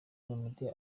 olomide